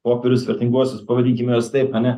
popierius vertinguosius pavadinkime juos taip ane